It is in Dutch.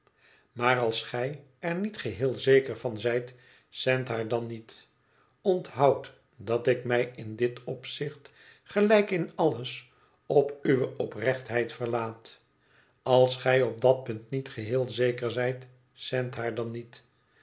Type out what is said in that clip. maar als gij er niet geheel zeker van zijt zend haar dan niet onthoud dat ik mij in dit opzicht gelijk in alles op uwe oprechtheid verlaat als gij op dat punt niet geheel zeker zijt zend haar dan niet